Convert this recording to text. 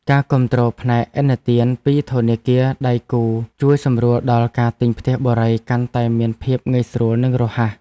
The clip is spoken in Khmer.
ការគាំទ្រផ្នែកឥណទានពីធនាគារដៃគូជួយសម្រួលដល់ការទិញផ្ទះបុរីកាន់តែមានភាពងាយស្រួលនិងរហ័ស។